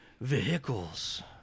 vehicles